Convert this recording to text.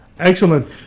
Excellent